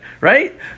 right